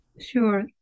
Sure